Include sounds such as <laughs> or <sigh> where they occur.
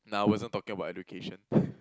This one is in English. nah I wasn't talking about education <laughs>